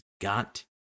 got